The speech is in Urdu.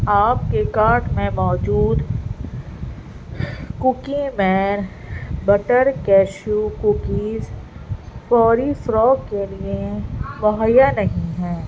آپ کے کارٹ میں موجود کوکی میں بٹر کیسو کوکیز فوری فروخت کے لیے مہیا نہیں ہیں